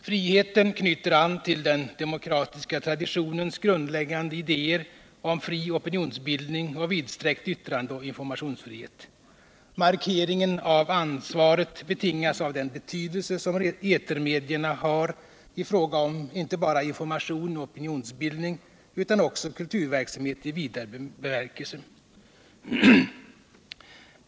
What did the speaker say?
Friheten knyter an till den demokratiska traditionens grundläggande idéer om fri opinionsbildning och vidsträckt yttrandeoch informationsfrihet. Markeringen av ansvaret betingas av den betydelse som etermedierna har i fråga om inte bara information och opinionsbildning utan också kulturverksamhet i vidare bemärkelse.